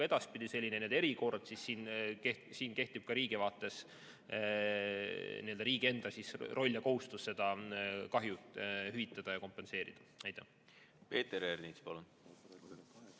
edaspidi selline erikord, siis kehtib ka riigi vaates riigi enda roll ja kohustus seda kahju hüvitada ja kompenseerida. Aitäh!